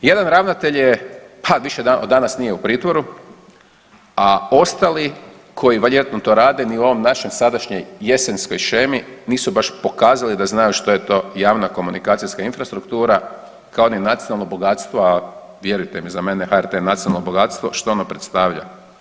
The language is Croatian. Jedan ravnatelj je pa više danas nije u pritvoru, a ostali koji … to rade ni u ovom našem sadašnjoj jesenskoj shemi nisu baš pokazali da znaju što je to javna komunikacijska infrastruktura kao ni nacionalno bogatstvo, a vjerujete mi za mene je HRT nacionalno bogatstvo što ono predstavlja.